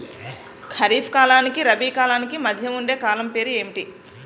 ఖరిఫ్ కాలానికి రబీ కాలానికి మధ్య ఉండే కాలం పేరు ఏమిటి?